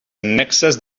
annexes